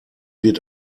wird